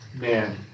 man